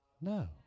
No